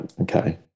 okay